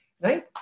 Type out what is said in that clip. right